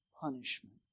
punishment